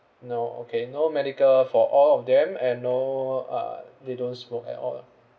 no okay no medical for all of them and no uh they don't smoke at all ah